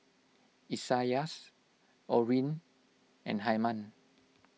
Isaias Orrin and Hyman